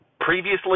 previously